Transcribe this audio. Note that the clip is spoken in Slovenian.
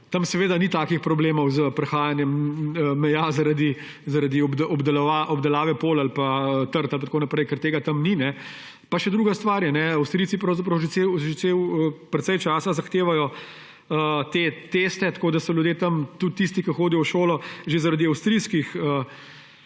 Tam seveda ni takih problemov s prehajanjem meja zaradi obdelave polj ali trt pa tako naprej, ker tega tam ni. Pa še druga stvar je. Avstrijci že precej časa zahtevajo te teste, tako da so ljudje tam, tudi tisti, ki hodijo v šolo, že zaradi avstrijskih